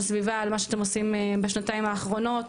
הסביבה על מה שאתם עושים בשנתיים האחרונות,